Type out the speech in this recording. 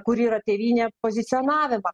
kur yra tėvynė pozicionavimą